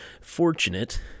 fortunate